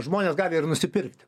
žmonės gali ir nusipirkti